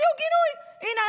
תוציאו גינוי: הינה,